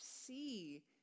see